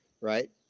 right